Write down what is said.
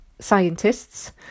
scientists